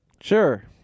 sure